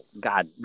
god